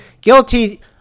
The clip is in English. guilty